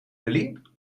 jullie